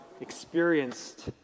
experienced